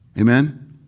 Amen